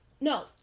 No